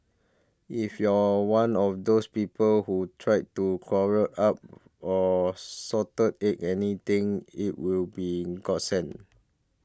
if you're one of those people who tired to quarrel up or Salted Egg anything it will be a godsend